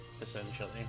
essentially